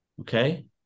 Okay